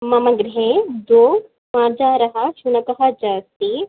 मम गृहे द्वौ मार्जारः शुनकः च अस्ति